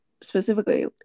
specifically